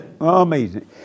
Amazing